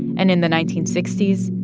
and in the nineteen sixty s,